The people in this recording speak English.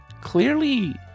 clearly